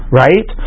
right